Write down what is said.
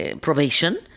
probation